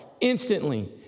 instantly